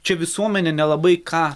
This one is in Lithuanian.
čia visuomenė nelabai ką